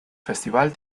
festival